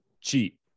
cheap